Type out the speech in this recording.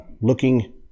looking